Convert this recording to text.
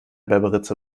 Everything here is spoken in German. berberitze